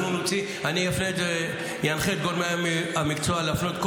אני אנחה את גורמי המקצוע להפנות את